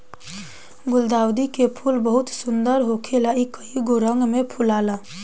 गुलदाउदी के फूल बहुत सुंदर होखेला इ कइगो रंग में फुलाला